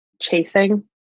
chasing